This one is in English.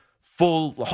full